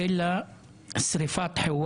לא להאשים בהתנהגות של ילד קטן ולא של ראש